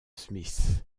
smith